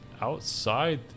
outside